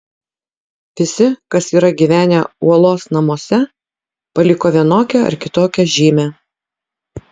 visi kas yra gyvenę uolos namuose paliko vienokią ar kitokią žymę